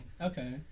Okay